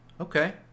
okay